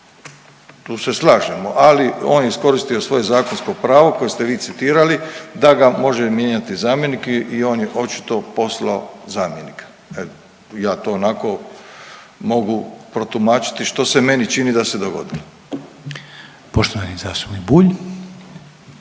Tu se slažemo, ali on je iskoristio svoje zakonsko pravo koje ste vi citirali da ga može mijenjati zamjenik i on je očito poslao zamjenika. Evo, ja to onako mogu protumačiti što se meni čini da se dogodilo. **Reiner, Željko